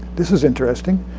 this is interesting.